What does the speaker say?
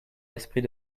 l’esprit